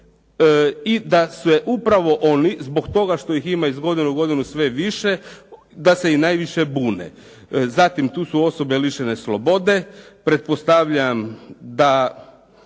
i da se upravo oni zbog toga što ih ima iz godine u godinu sve više da se i najviše bune. Zatim, tu su osobe lišene slobode. Pretpostavljam da